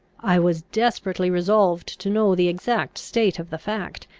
i was desperately resolved to know the exact state of the fact,